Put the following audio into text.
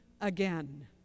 again